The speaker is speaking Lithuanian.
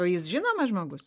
o jis žinomas žmogus